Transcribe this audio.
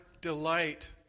delight